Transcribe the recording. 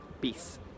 peace